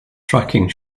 tracking